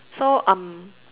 so um